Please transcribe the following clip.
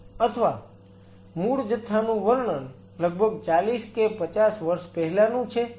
અથવા મૂળ જથ્થાનું વર્ણન લગભગ 40 કે 50 વર્ષ પહેલાંનું છે